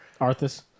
Arthas